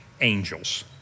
angels